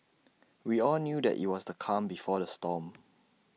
we all knew that IT was the calm before the storm